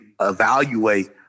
evaluate